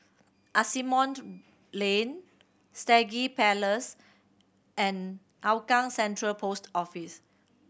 Asimont Lane Stangee Place and Hougang Central Post Office